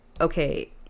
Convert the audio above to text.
okay